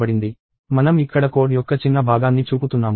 మనం ఇక్కడ కోడ్ యొక్క చిన్న భాగాన్ని చూపుతున్నాము